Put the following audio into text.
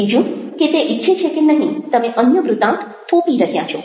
બીજું કે તે ઈચ્છે છે કે નહિ તમે અન્ય વૃતાંત થોપી રહ્યા છો